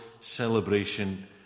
Celebration